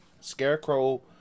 scarecrow